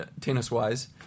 tennis-wise